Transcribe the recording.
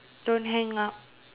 don't hang up